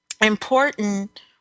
important